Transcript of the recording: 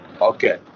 Okay